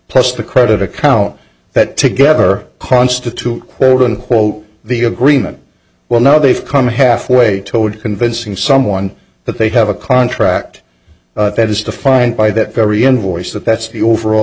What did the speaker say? plus the credit account that together constitute quote unquote the agreement well now they've come halfway told convincing someone that they have a contract that is defined by that very invoice that that's the overall